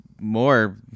more